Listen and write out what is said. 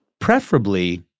preferably